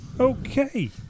Okay